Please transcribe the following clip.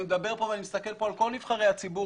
אני מדבר פה ואני מסתכל על כל נבחרי הציבור,